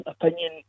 opinion